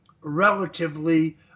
relatively